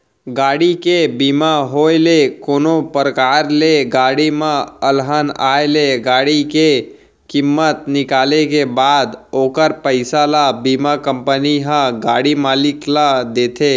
गाड़ी के बीमा होय ले कोनो परकार ले गाड़ी म अलहन आय ले गाड़ी के कीमत निकाले के बाद ओखर पइसा ल बीमा कंपनी ह गाड़ी मालिक ल देथे